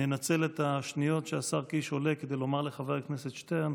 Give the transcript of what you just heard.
אני אנצל את השניות שהשר קיש עולה כדי לומר לחבר הכנסת שטרן